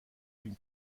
une